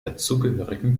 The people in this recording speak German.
dazugehörigen